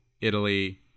Italy